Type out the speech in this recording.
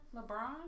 LeBron